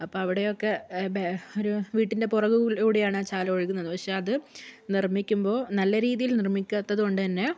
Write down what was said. അപ്പോൾ അവിടെയൊക്കെ ഒരു വീട്ടിന്റെ പുറകിലൂടെയാണ് ആ ചാല് ഒഴുകുന്നത് പക്ഷേ അത് നിർമ്മിക്കുമ്പോൾ നല്ല രീതിയിൽ നിർമ്മിക്കാത്തത് കൊണ്ടുതന്നെ